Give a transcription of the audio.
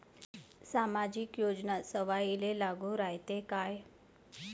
सामाजिक योजना सर्वाईले लागू रायते काय?